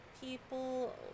people